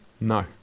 No